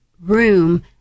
room